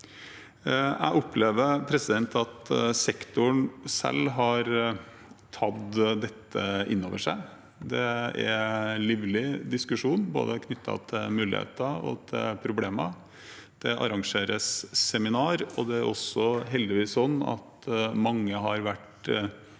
Jeg opplever at sektoren selv har tatt dette inn over seg. Det er livlig diskusjon knyttet til både muligheter og problemer. Det arrangeres seminar, og det er heldigvis også slik at mange har vært